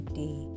day